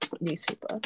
newspaper